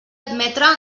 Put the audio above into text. admetre